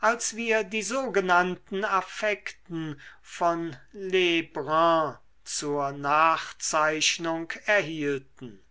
als wir die sogenannten affekten von lebrun zur nachzeichnung erhielten